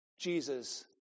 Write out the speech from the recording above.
Jesus